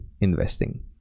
investing